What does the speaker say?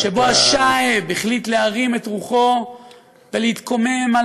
שבו השאעב החליט להרים את רוחו ולהתקומם על